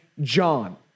John